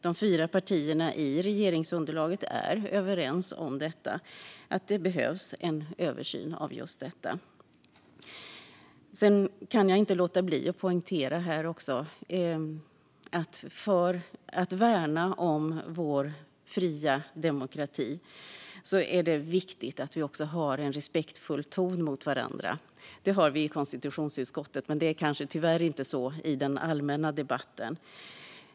De fyra partierna i regeringsunderlaget är överens om att det behövs en översyn av just detta. Jag kan inte låta bli att poängtera att det, för att värna vår fria demokrati, är viktigt att vi har en respektfull ton mot varandra. Det har ledamöterna i konstitutionsutskottet, men tyvärr är det kanske inte så i den allmänna debatten.